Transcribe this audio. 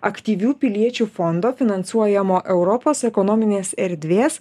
aktyvių piliečių fondo finansuojamo europos ekonominės erdvės